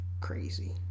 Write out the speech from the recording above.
crazy